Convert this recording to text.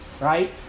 right